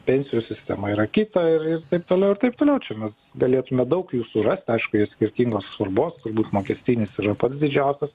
pensijų sistema yra kita ir ir taip toliau ir taip toliau čia mes galėtume daug jų surast aišku jos skirtingos svarbos turbūt mokestinis yra pats didžiausias